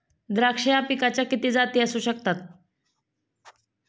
द्राक्ष या पिकाच्या किती जाती असू शकतात?